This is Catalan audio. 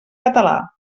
català